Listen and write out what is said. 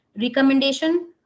recommendation